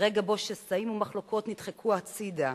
רגע שבו שסעים ומחלוקות נדחקו הצדה,